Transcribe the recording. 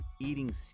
Eating